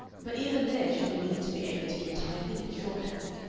but even there she would need to be able to do typing and shorthand.